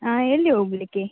ಹಾಂ ಎಲ್ಲಿ ಹೋಗ್ಲಿಕ್ಕೆ